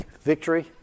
victory